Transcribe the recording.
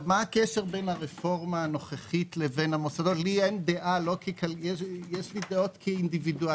מה הקשר בין הרפורמה הנוכחית למוסדות - יש לי דעות כיחיד.